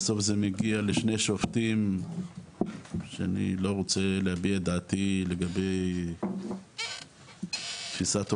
בסוף זה מגיע לשני שופטים שאני לא רוצה להביע את דעתי לגבי תפיסת עולמם,